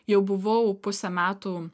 jau buvau pusę metų